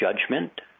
judgment